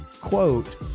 quote